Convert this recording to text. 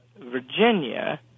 Virginia